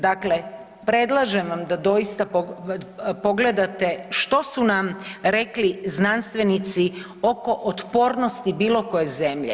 Dakle, predlažem vam da doista pogledate što su nam rekli znanstvenici oko otpornosti bilo koje zemlje.